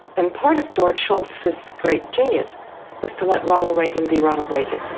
and part of george shultz's great genius was to let ronald reagan be ronald reagan.